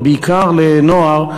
ובעיקר לנוער,